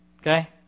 Okay